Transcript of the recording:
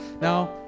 Now